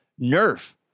nerf